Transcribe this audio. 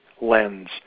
lens